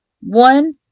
one